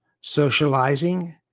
socializing